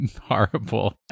horrible